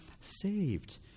saved